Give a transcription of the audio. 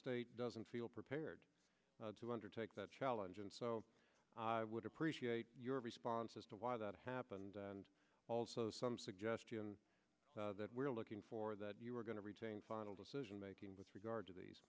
state doesn't feel prepared to undertake that challenge and so i would appreciate your response as to why that happened and also some suggestion that we're looking for that you are going to retain final decision making with regard to these